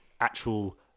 actual